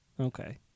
Okay